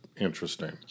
interesting